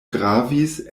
gravis